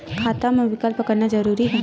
खाता मा विकल्प करना जरूरी है?